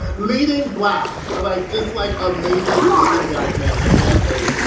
leading black, like just like amazing leading black man, i can't wait.